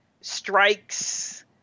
strikes